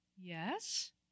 yes